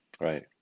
Right